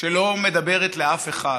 שלא מדברת לאף אחד.